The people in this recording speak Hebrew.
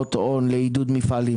להשקעות הון לעידוד מפעלים